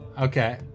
Okay